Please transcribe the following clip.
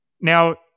Now